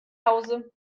hause